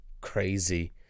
crazy